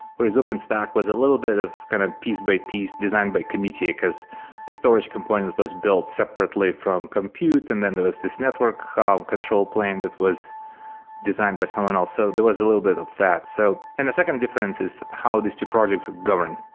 whereas openstack was a little bit of kind of piece by piece design by community, because the storage component was built separately from compute, and then there was this network um control plane that was designed by someone else. so there was a little bit of that. so and the second difference is how these two projects are governed.